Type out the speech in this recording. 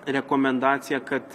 rekomendaciją kad